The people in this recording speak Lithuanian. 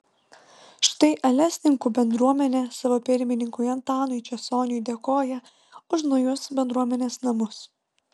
štai alesninkų bendruomenė savo pirmininkui antanui česoniui dėkoja už naujus bendruomenės namus